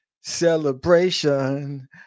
celebration